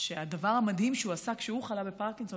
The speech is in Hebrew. שהדבר המדהים שהוא עשה כשהוא חלה בפרקינסון,